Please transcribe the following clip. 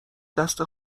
دست